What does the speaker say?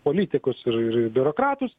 politikus ir ir biurokratus